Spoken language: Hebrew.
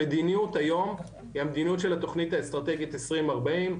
המדיניות היום היא המדיניות של התכנית האסטרטגית 2040,